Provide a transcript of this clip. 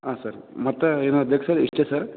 ಹಾಂ ಸರ್ ಮತ್ತೆ ಏನರೂ ಬೇಕಾ ಸರ್ರ ಇಷ್ಟೇ ಸರ್